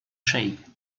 shape